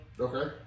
Okay